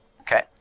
Okay